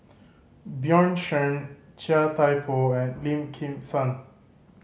Bjorn Shen Chia Thye Poh and Lim Kim San